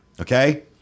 Okay